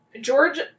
George